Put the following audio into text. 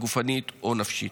הגופנית או הנפשית.